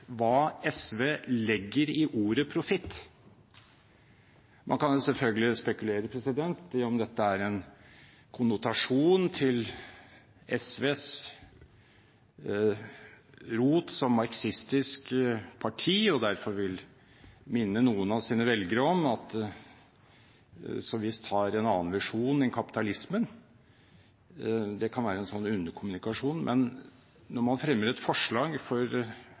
hva SV legger i ordet «profitt». Man kan selvfølgelig spekulere i om dette er en konnotasjon til SVs røtter som et marxistisk parti, og at de derfor vil minne noen av sine velgere om at man så visst har en annen visjon enn kapitalismen. Det kan være en slik underkommunikasjon. Men når man fremmer et forslag for